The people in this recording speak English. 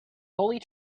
holy